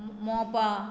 Mopa